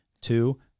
two